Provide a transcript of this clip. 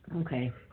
okay